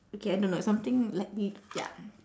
okay I don't know it's something like l~ ya